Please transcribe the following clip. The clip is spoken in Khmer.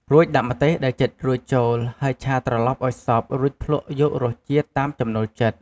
រួចដាក់ម្ទេសដែលចិតរួចចូលហើយឆាត្រឡប់ឱ្យសព្វរួចភ្លក្សយករសជាតិតាមចំណូលចិត្ត។